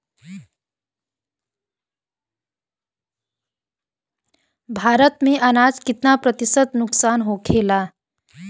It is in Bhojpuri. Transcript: भारत में अनाज कितना प्रतिशत नुकसान होखेला?